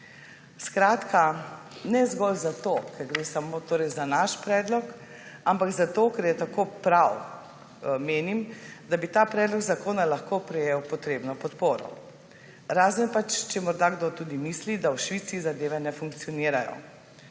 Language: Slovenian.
Skratka, ne zgolj zato, ker gre samo za naš predlog, ampak zato, ker je tako prav, menim, da bi ta predlog zakona lahko prejel potrebno podporo. Razen če morda kdo tudi misli, da v Švici zadeve ne funkcionirajo,